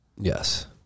Yes